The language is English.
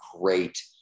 great